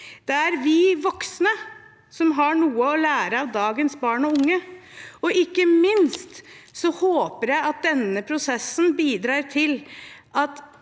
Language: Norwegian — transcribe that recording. Det er vi voksne som har noe å lære av dagens barn og unge. Ikke minst håper jeg at denne prosessen bidrar til